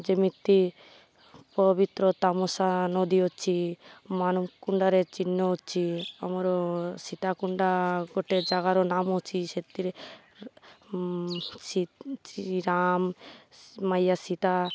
ଯେମିତି ପବିତ୍ର ତାମସା ନଦୀ ଅଛି ମାନକୁଣ୍ଡାରେ ଚିହ୍ନ ଅଛି ଆମର ସୀତାକୁଣ୍ଡା ଗୋଟେ ଜାଗାର ନାମ ଅଛି ସେଥିରେ ଶ୍ରୀ ରାମ ମୟା ସୀତା